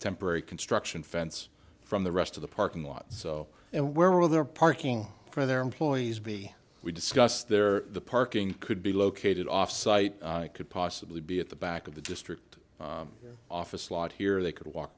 temporary construction fence from the rest of the parking lot so and where will their parking for their employees be we discussed their parking could be located off site could possibly be at the back of the district office lot here they could walk